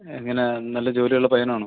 എങ്ങനെ നല്ല ജോലിയുള്ള പയ്യനാണോ